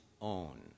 own